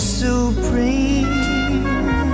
supreme